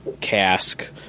cask